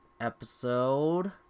Episode